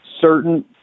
certain